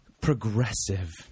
progressive